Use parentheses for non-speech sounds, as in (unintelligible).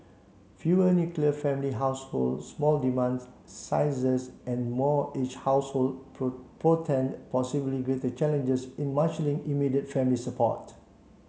fewer nuclear family households small (unintelligible) sizes and more aged households (unintelligible) portend possibly greater challenges in marshalling immediate family support